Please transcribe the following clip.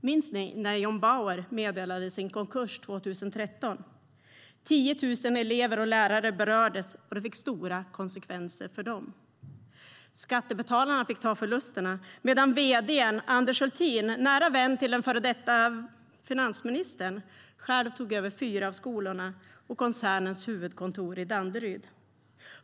Minns ni när John Bauergymnasiet meddelade sin konkurs 2013? 10 000 elever och lärare berördes. Det fick stora konsekvenser för dem. Skattebetalarna fick ta förlusterna, medan vd:n Anders Hultin - nära vän till den förre finansministern - själv tog över fyra av skolorna och koncernens huvudkontor i Danderyd.